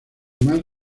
más